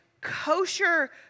kosher